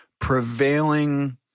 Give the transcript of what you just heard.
prevailing